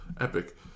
epic